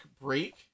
break